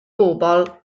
bobl